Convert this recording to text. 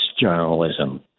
journalism